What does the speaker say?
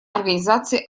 организации